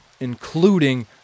including